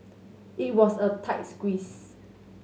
it was a tight squeeze